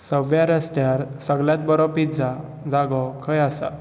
सगव्व्या रस्त्यार सगळ्यांत बरो पिज्जा जागो खंय आसा